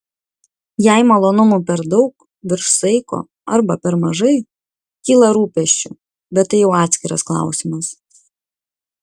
jei malonumų per daug virš saiko arba per mažai kyla rūpesčių bet tai jau atskiras klausimas